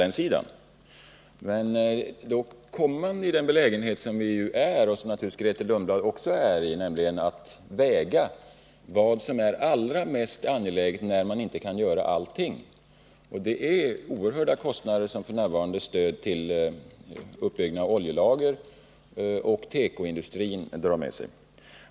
'Men vi liksom Grethe Lundblad är ju i den belägenheten att vi, eftersom vi nu inte kan satsa på allting, måste väga varor mot varandra och ta hänsyn till vad som är allra mest angeläget ur försörjningsberedskapssynpunkt, och uppbyggnaden av oljelagren och satsningarna på tekoindustrin drar med sig oerhört stora kostnader.